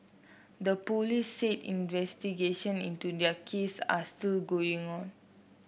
the police said investigation into their cases are still going on